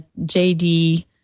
JD